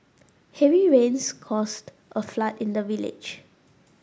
heavy rains caused a flood in the village